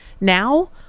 now